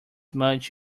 much